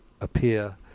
appear